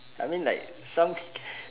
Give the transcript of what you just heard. I mean like some can can